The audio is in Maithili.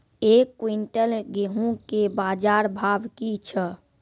एक क्विंटल गेहूँ के बाजार भाव की छ?